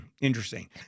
Interesting